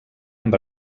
amb